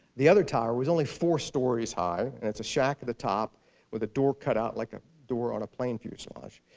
the other tower was only four stories high, and there's a shack at the top with a door cut out like a door on a plane fuselage.